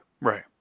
right